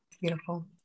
Beautiful